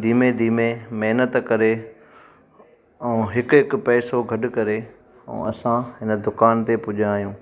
धीमे धीमे महिनत करे ऐं हिकु हिकु पैसो गॾु करे ऐं असां इन दुकान ते पुॼिया आहियूं